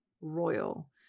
Royal